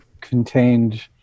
contained